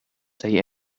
say